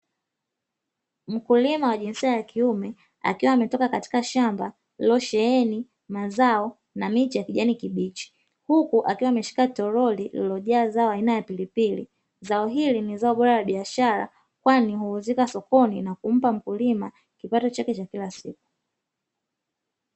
Mkulima wa jinsi ya kiume akiwa ametoka katika shamba lililosheheni mazao na miche ya kijani kibichi uku akiwa ameshika tolori, lililojaa zao aina ya pilipili zao hili ni zao bora la biashara kwani uuzika sokoni na kumpa mkulima kipato chake cha kila siku.